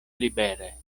libere